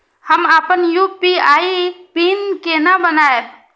हम अपन UPI pin केना बनैब?